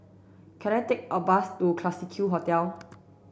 can I take a bus to Classique Hotel